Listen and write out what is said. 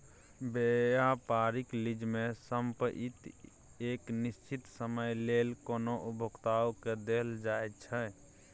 व्यापारिक लीज में संपइत एक निश्चित समय लेल कोनो उपभोक्ता के देल जाइ छइ